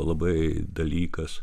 labai dalykas